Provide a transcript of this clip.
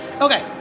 Okay